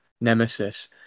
Nemesis